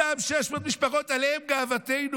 אותן 600 משפחות, עליהן גאוותנו.